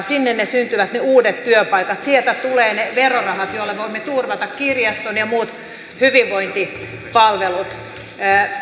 sinne syntyvät ne uudet työpaikat sieltä tulevat ne verorahat joilla voimme turvata kirjaston ja muut hyvinvointipalvelut